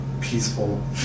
peaceful